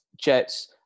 Jets